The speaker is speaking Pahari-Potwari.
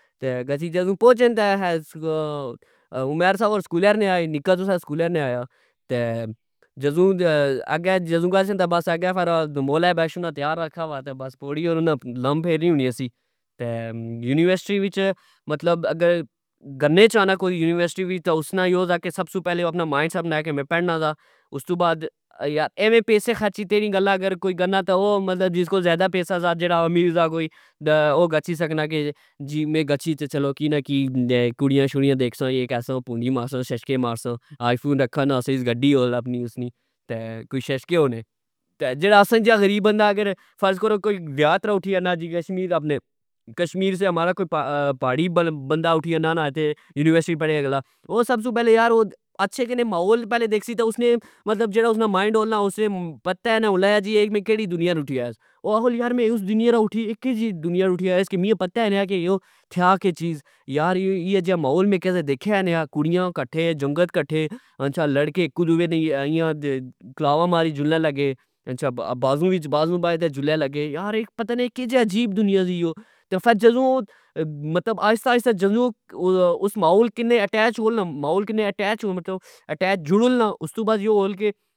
تہ گچھی جدو پوچے نے تہ عمیر صاحب سکولہ نئے آئے, نکا تساں نا سکولہ نئی آیا تہ جدو اگہ جدوگچھہ تہ ابااگہ بس مولہ بیشو نا تیار رکھا وا تہ ,بس پوڑی فر انا لم پوڑی ہونی سی یونیورسٹی وچ اگر گنے چانا کوئی یونیورسدٹی وچ تہ اسنا یو سا کہ ,سب تو پہلے اپنا مائنڈ سیت بنائے کے میں پڑنا سا استو بعد ایوین پیسے خرچی تہ نی گلہ تہ او کرنا او مطلب جس کول ذئدا پیسا سا جیڑا امیر سا کوئی او گچھی سکنا کہ گچھی تہ کی نا کی کڑیا شڑیاں دیکھسا پونڈی مارساں ششکے مارسا آئی فون رکھا نا ہوسی گڈی ہوسی آپنی کوئی ششکے ہونے ,جیڑا اساں جیا غریب بندا فرض کرو دیہات نا اٹھی آنا جے کشمیر سے ساڑا پہاڑی بندا اٹھی آنانا کہ یونیورسٹی پڑھے اگلا او اچھسی تہ محول پہلے دیکھسی تہ جیڑا اسنا مائنڈ ہون لگا اسے پتا اے نا ہولے جی میں کیڑی دنیا اٹھی آیاس, او آکھو نا یرا کیڑی دینا اٹھی اے کے جی دنیا اٹھی آیاس می پتا اے نا یو تھیا کے چیزیار ایہ جا محول میں کدہ دیکھیا نی کڑیا کٹھے جنگت کٹھے لڑکے اک دؤے دی ایئیاں کلاوا ماری جلن لگے ,اچھا بازو وچ بازو بائی جلن لگے یارا اے کیا جااجیب دنیا سی یو فر جدو آئستہ آئستہ جدو اس محول کی اٹیچ ہون نا محول کی اٹیچ مطلب جڑن نا